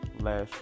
last